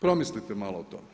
Promislite malo o tome.